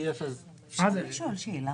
אפשר לשאול שאלה?